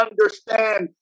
understand